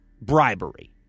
bribery